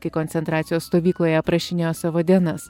kai koncentracijos stovykloje aprašinėjo savo dienas